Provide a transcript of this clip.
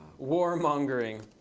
warmongering.